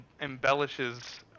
embellishes